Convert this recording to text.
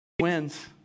wins